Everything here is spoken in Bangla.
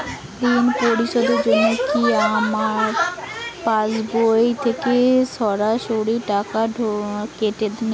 ঋণ পরিশোধের জন্য কি আমার পাশবই থেকে সরাসরি টাকা কেটে নেবে?